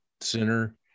center